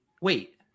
Wait